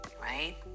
Right